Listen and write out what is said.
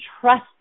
trust